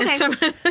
okay